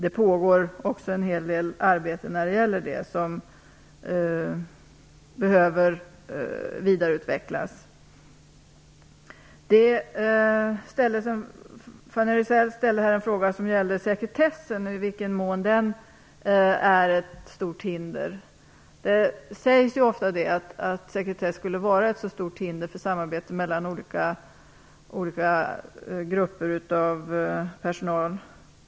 En hel del arbete pågår också men behöver vidareutvecklas. Fanny Rizell hade en fråga om i vilken mån sekretessen är ett stort hinder. Det sägs ofta att sekretessen är ett stort hinder för samarbetet mellan olika grupper av personal.